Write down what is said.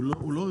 הוא לא בסדר.